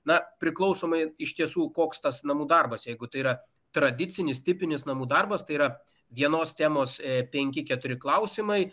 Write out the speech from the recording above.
na priklausomai iš tiesų koks tas namų darbas jeigu tai yra tradicinis tipinis namų darbas tai yra vienos temos penki keturi klausimai